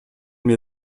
mir